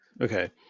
Okay